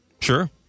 Sure